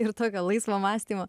ir tokio laisvo mąstymo